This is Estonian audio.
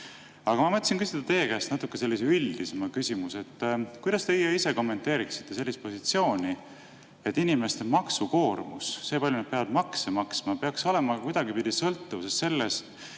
Aga ma mõtlesin küsida teie käest natuke sellise üldisema küsimuse. Kuidas teie ise kommenteeriksite sellist positsiooni, et inimeste maksukoormus – see, kui palju nad peavad makse maksma – peaks olema kuidagipidi sõltuvuses sellest,